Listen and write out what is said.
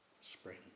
spring